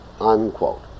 Unquote